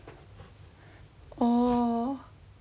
oh